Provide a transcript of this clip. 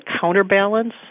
counterbalance